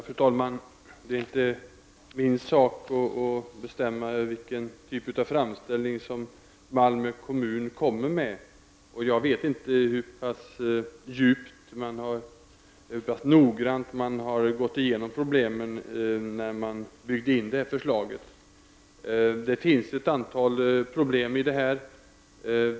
Fru talman! Det är inte min sak att bestämma vilken typ av framställning som Malmö kommun skall komma med. Jag vet inte hur noggrant man har gått igenom problemen, innan man lade fram förslaget. Det finns ett antal problem här.